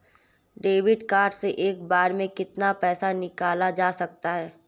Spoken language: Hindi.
डेबिट कार्ड से एक बार में कितना पैसा निकाला जा सकता है?